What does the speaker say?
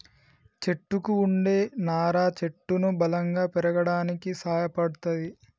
చెట్టుకు వుండే నారా చెట్టును బలంగా పెరగడానికి సాయపడ్తది